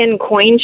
coin